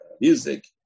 music